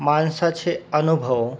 माणसाचे अनुभव